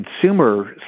consumer